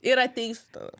ir ateisiu